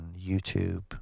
YouTube